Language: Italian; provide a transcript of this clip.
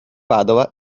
padova